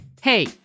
Hey